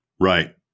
Right